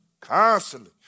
constantly